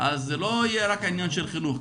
אז זה לא רק עניין של חינוך.